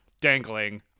dangling